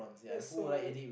that's so weird